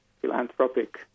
philanthropic